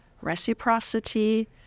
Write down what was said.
reciprocity